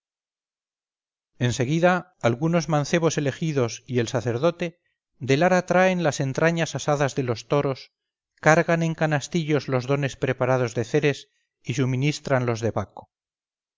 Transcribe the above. seguida algunos mancebos elegidos y el sacerdote del ara traen las entrañas asadas de los toros cargan en canastillos los dones preparados de ceres y suministran los de baco